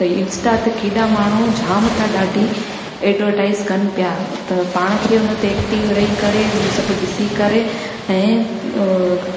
त इंस्टा ते केॾा माण्हू जाम त ॾाढी एडवरटाइज़ कनि पिया त पाण खे हुन ते एक्टिव रही करे ऐं उहे सभु ॾिसी करे ऐं